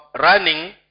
running